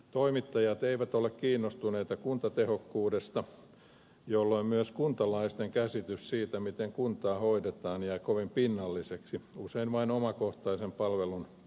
toimittajat eivät ole kiinnostuneita kuntatehokkuudesta jolloin myös kuntalaisten käsitys siitä miten kuntaa hoidetaan jää kovin pinnalliseksi usein vain omakohtaisen palvelun kokemisen tasolle